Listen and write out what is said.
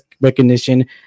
recognition